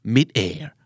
Mid-air